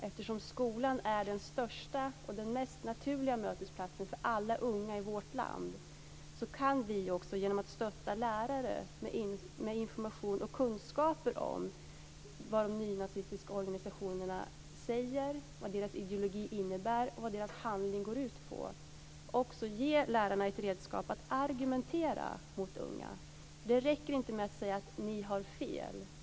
Eftersom skolan är den största och mest naturliga mötesplatsen för alla unga i vårt land kan vi genom att stötta lärare med information och kunskap om vad de nynazistiska organisationerna säger, vad deras ideologi innebär och vad deras handling går ut på också ge lärarna ett redskap för att argumentera mot de unga. För det räcker inte att säga: Ni har fel.